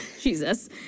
Jesus